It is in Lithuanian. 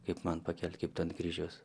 kaip man pakelt kaip kryžiaus